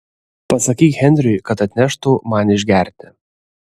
pasakyk henriui kad atneštų man išgerti